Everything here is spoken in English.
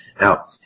Now